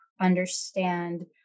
understand